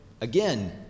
Again